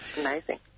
amazing